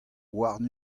warn